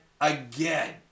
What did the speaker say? Again